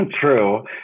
True